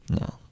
No